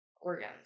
organs